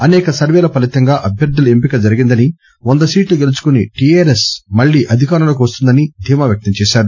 అసేక సర్వేల ఫలీతంగా అభ్యర్దుల ఎంపిక జరిగిందని వంద సీట్లు గెలుచుకుని టీఆర్ఎస్ మళ్లీ అధికారంలోకి వస్తుందని ధీమా వ్యక్తం చేశారు